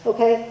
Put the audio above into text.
Okay